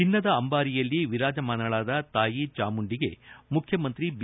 ಚಿನ್ನದ ಅಂಬಾರಿಯಲ್ಲಿ ವಿರಾಜಮಾನಳಾದ ತಾಯಿ ಚಾಮುಂಡಿಗೆ ಮುಖ್ಯಮಂತ್ರಿ ಬಿ